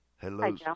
hello